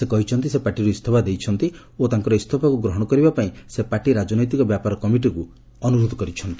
ସେ କହିଛନ୍ତି ସେ ପାର୍ଟିରୁ ଇଞ୍ଜଫା ଦେଇଛନ୍ତି ଓ ତାଙ୍କର ଇଞ୍ଜଫାକୁ ଗ୍ରହଣ କରିବାପାଇଁ ସେ ପାର୍ଟି ରାଜନୈତିକ ବ୍ୟାପାର କମିଟିକୁ ଅନୁରୋଧ କରିଛନ୍ତି